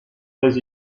ces